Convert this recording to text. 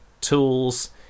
tools